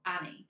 Annie